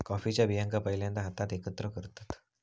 कॉफीच्या बियांका पहिल्यांदा हातात एकत्र करतत